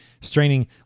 straining